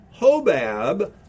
Hobab